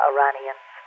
Iranians